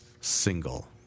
single